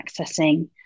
accessing